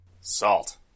Salt